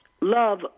love